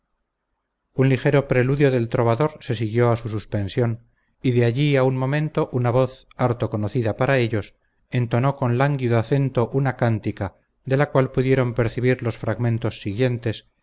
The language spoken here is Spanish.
un ligero preludio del trovador se siguió a su suspensión y de allí a un momento una voz harto conocida para ellos entonó con lánguido acento una cántica de la cual pudieron percibir los fragmentos siguientes